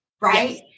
right